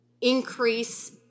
increase